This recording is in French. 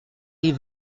lès